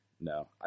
No